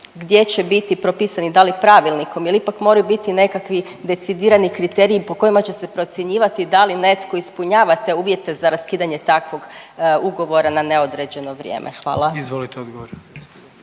gdje će biti propisani? Da li pravilnikom? Jel ipak moraju biti nekakvi decidirani kriteriji po kojima će se procjenjivati da li netko ispunjava ta uvjete za raskidanje takvog ugovora na neodređeno vrijeme. Hvala. **Jandroković,